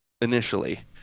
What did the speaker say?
initially